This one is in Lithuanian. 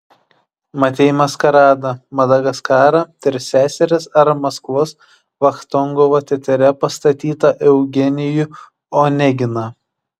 matei maskaradą madagaskarą tris seseris ar maskvos vachtangovo teatre pastatytą eugenijų oneginą